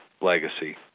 Legacy